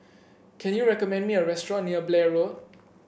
can you recommend me a restaurant near Blair Road